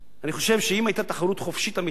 אני חושב שאם היתה תחרות חופשית אמיתית,